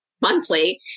monthly